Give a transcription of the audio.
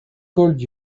called